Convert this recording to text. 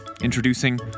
Introducing